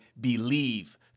Believe